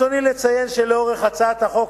אציין שלאורך הצעת החוק